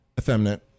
effeminate